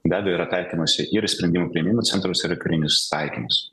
be abejo yra taikymosi ir į sprendimų priėmimo centrus ir į karinius taikinius